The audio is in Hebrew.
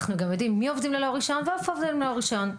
אנחנו גם יודעים מי עובדים ללא רישיון ואיפה עובדים ללא רישיון.